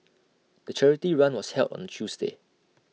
the charity run was held on A Tuesday